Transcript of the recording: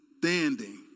standing